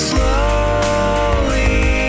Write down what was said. Slowly